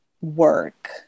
work